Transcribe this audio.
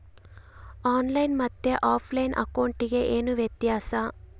On line ಮತ್ತೆ offline ಅಕೌಂಟಿಗೆ ಏನು ವ್ಯತ್ಯಾಸ?